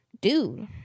Dude